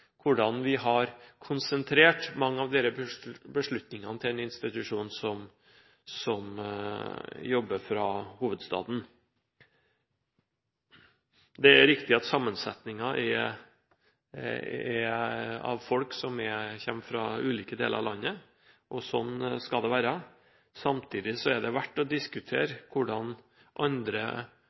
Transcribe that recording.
hvordan vi har konsentrert mange av disse beslutningene til en institusjon som jobber fra hovedstaden. Det er riktig at sammensetningen består av folk som kommer fra ulike deler av landet, og sånn skal det være. Samtidig er det verdt å diskutere hvordan andre